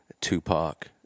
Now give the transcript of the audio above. Tupac